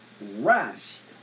rest